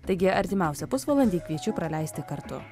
taigi artimiausią pusvalandį kviečiu praleisti kartu